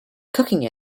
cooking